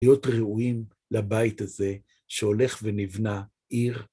להיות ראויים לבית הזה שהולך ונבנה עיר.